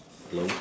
hello